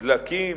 דלקים,